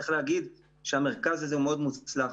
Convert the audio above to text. צריך להגיד שהמרכז הזה מאוד מוצלח,